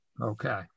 okay